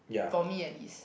for me at least